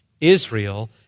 Israel